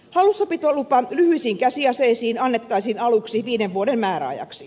hallussapitolupa lyhyisiin käsiaseisiin annettaisiin aluksi viiden vuoden määräajaksi